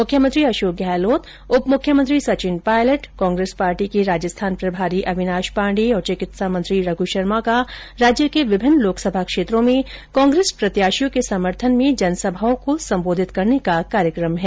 मुख्यमंत्री अशोक गहलोत उप मुख्यमंत्री सचिन पायलट कांग्रेस पार्टी के राजस्थान प्रभारी अविनाश पाण्डे और चिकित्सा मंत्री रघ् शर्मा का राज्य के विभिन्न लोकसभा क्षेत्रों में कांग्रेस प्रत्याशियों के समर्थन में जनसभाओं कॉ सम्बोधित करने का कार्यक्रम है